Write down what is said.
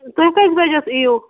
تُہۍ کٔژۍ بَجہِ حظ یِیِو